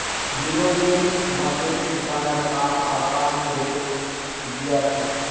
winnowing machine किसानेर काम आसान करे दिया छे